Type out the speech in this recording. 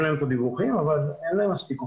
להם את הדיווחים אבל אין להם מספיק כוחות.